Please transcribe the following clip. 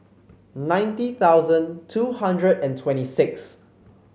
ninety thousand two hundred and twenty six